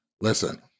listen